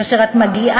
כאשר את מגיעה,